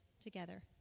together